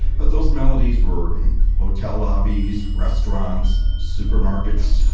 but those melodies were in hotel lobbies, restaurants, supermarkets,